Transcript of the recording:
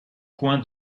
coin